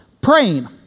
Praying